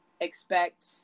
expect